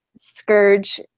Scourge